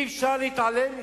אי-אפשר להתעלם מזה.